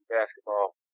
basketball